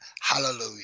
hallelujah